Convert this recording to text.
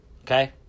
okay